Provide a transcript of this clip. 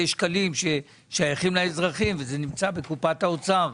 שקלים ששייכים לאזרחים והם בקופת האוצר.